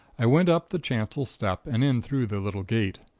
i went up the chancel step and in through the little gate.